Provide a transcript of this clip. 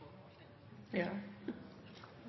gjør